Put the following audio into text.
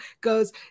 goes